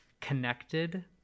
connected